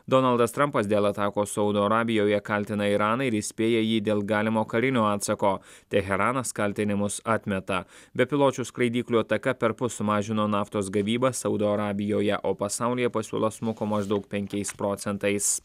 donaldas trampas dėl atakos saudo arabijoje kaltina iraną ir įspėja jį dėl galimo karinio atsako teheranas kaltinimus atmeta bepiločių skraidyklių ataka perpus sumažino naftos gavybą saudo arabijoje o pasaulyje pasiūla smuko maždaug penkiais procentais